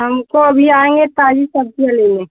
हमको अभी आएँगे ताज़ी सब्ज़ी लेने